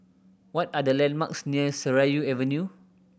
what are the landmarks near Seraya Avenue